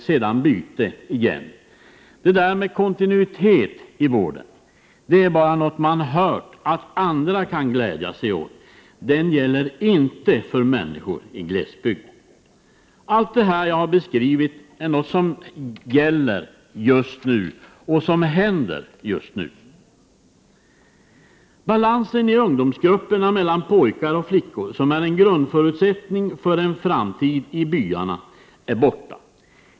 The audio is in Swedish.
Sedan byter de igen. Det där med kontinuitet i vården är bara något som man har hört att andra kan glädja sig åt. Det är alltså något som inte gäller för människor i glesbygd. Allt det som jag här har beskrivit är något som gäller just nu och som händer just nu. Balansen i ungdomsgrupperna mellan pojkar och flickor, vilken är en grundförutsättning för en framtid i byarna, är borta.